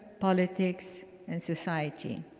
politics and society.